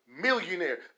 millionaire